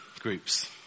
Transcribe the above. groups